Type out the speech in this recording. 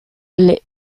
les